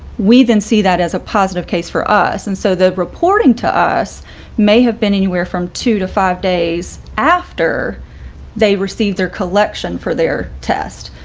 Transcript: we then see that as a positive case for us, and so the reporting to us may have been anywhere from two to five days after they received their collection for their test.